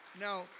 Now